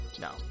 No